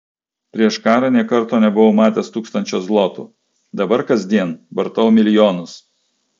prieš karą nė karto nebuvau matęs tūkstančio zlotų dabar kasdien vartau milijonus